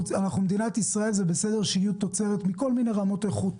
במדינת ישראל זה בסדר שתהיה תוצרת מכל מיני רמות איכות,